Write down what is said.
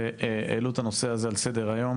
והעלו את הנושא הזה על סדר-היום